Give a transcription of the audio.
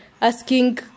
asking